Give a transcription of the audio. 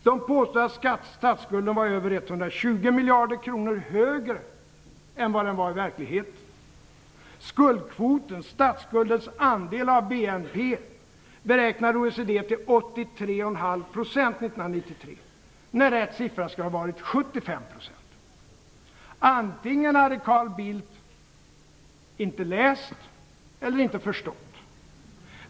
Det påstods att statsskulden var över 120 miljarder kronor högre än vad den var i verkligheten. Skuldkvoten, statsskuldens andel av BNP, beräknade OECD till Antingen hade Carl Bildt inte läst eller inte förstått.